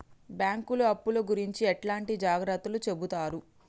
బ్యాంకులు అప్పుల గురించి ఎట్లాంటి జాగ్రత్తలు చెబుతరు?